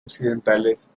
occidentales